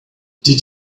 did